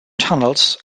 tunnels